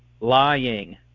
lying